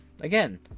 Again